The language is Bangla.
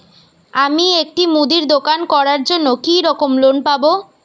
আমি একটি মুদির দোকান করার জন্য কি রকম লোন পাব?